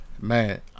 man